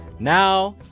now,